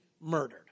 murdered